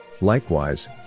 Likewise